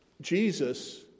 Jesus